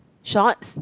shorts